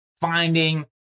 finding